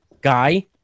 guy